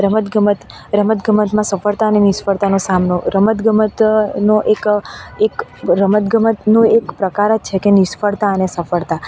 રમત ગમત રમત ગમતમાં સફળતા નિષ્ફળતાનો સામનો રમત ગમત એક એક રમત ગમતનું એક પ્રકાર જ છે કે નિષ્ફળતા અને સફળતા